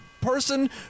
Person